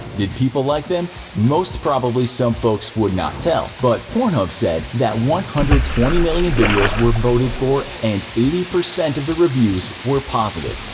did people like them? most probably some folks would not tell, but pornhub said that one hundred and twenty million videos were voted for and eighty percent of the reviews were positive.